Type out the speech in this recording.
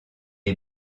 est